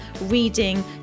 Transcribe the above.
reading